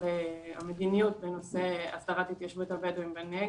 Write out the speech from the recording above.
המדיניות בנושא הסדרת התיישבות הבדואים בנגב,